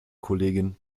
kollegin